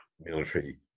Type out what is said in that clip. military